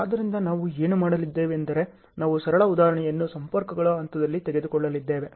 ಆದ್ದರಿಂದ ನಾವು ಏನು ಮಾಡಲಿದ್ದೇವೆಂದರೆ ನಾವು ಸರಳ ಉದಾಹರಣೆಯನ್ನು ಸಂಪರ್ಕಗಳ ಹಂತದಲ್ಲಿ ತೆಗೆದುಕೊಳ್ಳಲಿದ್ದೇವೆ